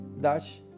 dash